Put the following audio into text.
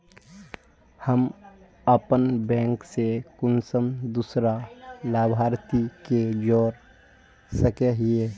हम अपन बैंक से कुंसम दूसरा लाभारती के जोड़ सके हिय?